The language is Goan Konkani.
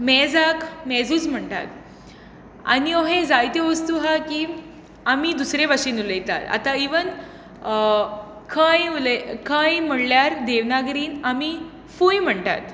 मेजाक मेजूच म्हणटात आनी अशो जायत्यो वस्तू आसा की आमी दुसरे भाशेन उलयतात आतां इवन खंय म्हणल्यार देवनागरींत आमी फुंय म्हणटात